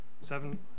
Seven